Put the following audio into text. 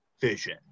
vision